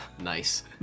Nice